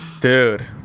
dude